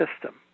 system